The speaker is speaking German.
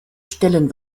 stellen